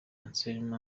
anselme